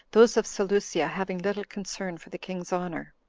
those of seleucia having little concern for the king's honor.